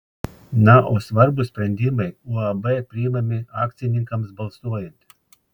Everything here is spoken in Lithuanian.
na o svarbūs sprendimai uab priimami akcininkams balsuojant